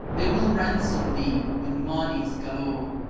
they will ransom thee with monies galore.